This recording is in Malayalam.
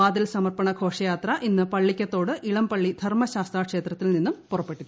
വാതിൽ സമർപ്പണ ഘോഷയാത്ര ഇന്നു പള്ളിക്കത്തോട് ഇളംപള്ളി ധർമ്മശാസ്താ ക്ഷേത്രത്തിൽ നിന്നും രാവിലെ പുറപ്പെട്ടു